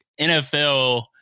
NFL